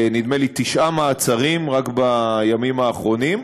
נדמה לי תשעה מעצרים רק בימים האחרונים,